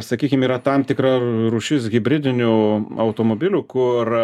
sakykim yra tam tikra rūšis hibridinių automobilių kur